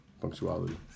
Punctuality